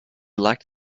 lacked